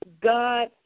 God